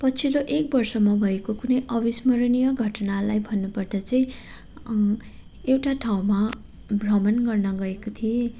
पछिल्लो एक वर्षमा भएको कुनै अविस्मरणीय घटनालाई भन्नु पर्दा चाहिँ एउटा ठाउँमा भ्रमण गर्न गएको थिएँ